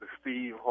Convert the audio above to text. Steve